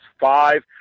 five